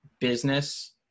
business